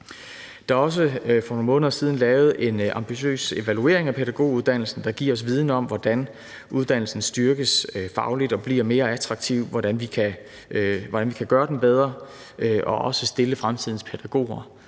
Der er også for nogle måneder siden lavet en ambitiøs evaluering af pædagoguddannelsen, der giver os viden om, hvordan uddannelsen styrkes fagligt og bliver mere attraktiv, og hvordan vi kan gøre den bedre og også stille fremtidens pædagoger